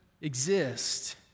exist